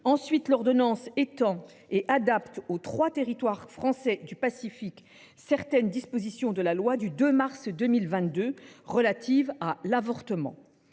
Ensuite, l’ordonnance étend et adapte aux trois territoires français du Pacifique certaines dispositions de la loi du 2 mars 2022 visant à renforcer